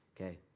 Okay